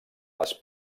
les